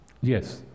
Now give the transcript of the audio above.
Yes